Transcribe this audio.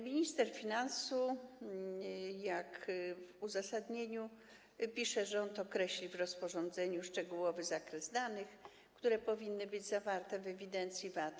Minister finansów, jak w uzasadnieniu pisze rząd, określi w rozporządzeniu szczegółowy zakres danych, które powinny być zawarte w ewidencji VAT.